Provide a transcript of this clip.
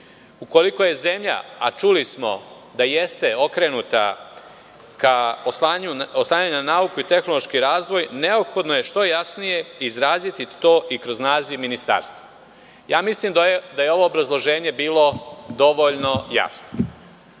Ukoliko je zemlja, a čuli smo da jeste, okrenuta ka oslanjanju na nauku i tehnološki razvoj, neophodno je što jasnije izraziti to i kroz naziv ministarstva.“.Mislim da je ovo obrazloženje bilo dovoljno